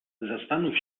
zastanów